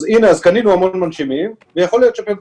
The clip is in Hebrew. אז קנינו המון מנשימים, ויכול להיות שפה טעינו.